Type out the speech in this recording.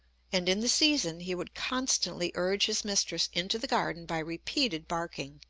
and in the season he would constantly urge his mistress into the garden by repeated barking,